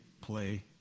play